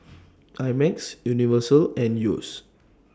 I Max Universal and Yeo's